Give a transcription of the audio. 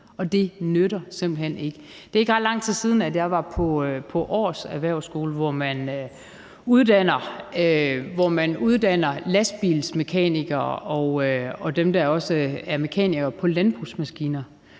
og det nytter simpelt hen ikke. Det er ikke ret lang tid siden, at jeg var på erhvervsskolen i Aars, hvor man uddanner lastbilmekanikere og dem, der også er mekanikere på landbrugsmaskiner,